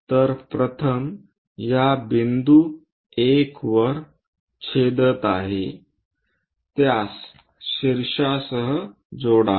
तर प्रथम या बिंदू 1 वर छेदत आहे त्यास शीर्षसह जोडा